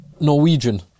Norwegian